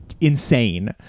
insane